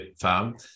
farm